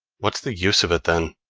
what's the use of it then?